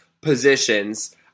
positions